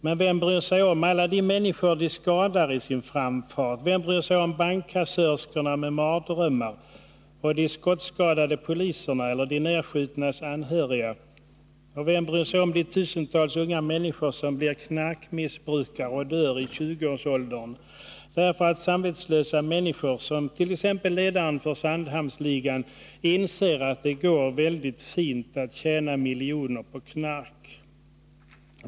Men vem bryr sig om alla de människor de skadar i sin framfart? Vem bryr sig om bankkassörskorna med mardrömmar och de skottskadade poliserna eller de nerskjutnas anhöriga? Och vem bryr sig om de tusentals unga människor som blir knarkmissbrukare och dör i 20-årsåldern, därför att samvetslösa människor som t.ex. ledaren för Sandhamns-ligan inser att det går finfint att tjäna miljoner på knark?